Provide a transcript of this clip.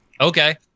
Okay